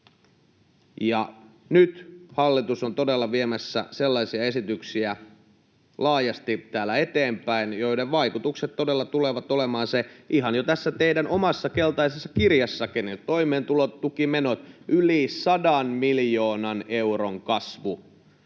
Nyt hallitus on todella viemässä sellaisia esityksiä laajasti täällä eteenpäin, joiden vaikutukset tulevat olemaan ihan jo tässä teidän omassa keltaisessa kirjassannekin: toimeentulotukimenot, yli 100 miljoonan euron kasvu,